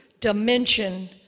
dimension